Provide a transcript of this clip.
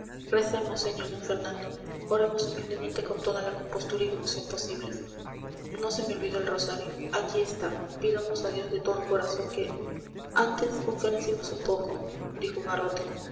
recemos sr d fernando oremos humildemente con toda la compostura y devoción posibles no se me olvidó el rosario aquí está pidamos a dios de todo corazón que antes conferenciemos un poco